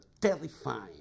terrifying